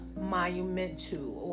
monumental